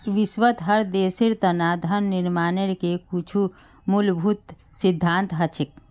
विश्वत हर एक देशेर तना धन निर्माणेर के कुछु मूलभूत सिद्धान्त हछेक